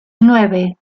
nueve